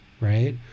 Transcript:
right